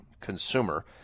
consumer